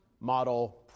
model